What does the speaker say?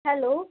hello